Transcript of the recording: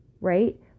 right